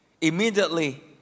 Immediately